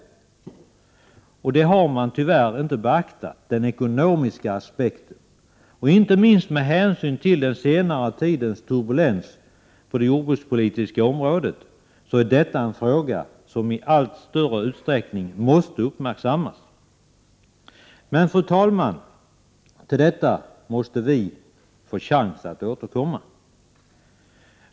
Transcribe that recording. Man har tyvärr inte beaktat den ekonomiska aspekten. Inte minst med hänsyn till den senaste tidens turbulens på det jordbrukspolitiska området är detta en fråga som i allt större utsträckning måste uppmärksammas, men till detta, fru talman, måste vi få chansen att återkomma.